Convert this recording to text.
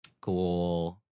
Cool